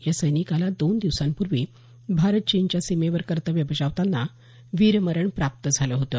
या सैनिकाला दोन दिवसांपूर्वी भारत चीनच्या सीमेवर कर्तव्य बजावतांना वीरमरण प्राप्त झालं होतं